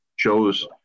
Shows